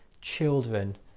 children